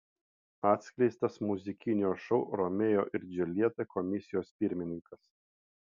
atskleistas muzikinio šou romeo ir džiuljeta komisijos pirmininkas